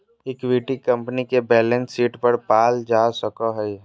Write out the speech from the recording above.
equity company के balance sheet पर पाल जा सको हइ